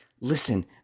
listen